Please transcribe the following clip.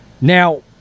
Now